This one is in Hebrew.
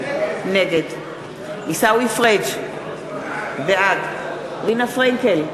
נגד עיסאווי פריג' בעד רינה פרנקל,